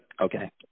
okay